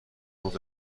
خود